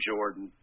Jordan